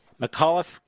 McAuliffe